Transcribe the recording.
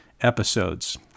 episodes